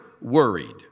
worried